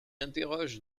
interroge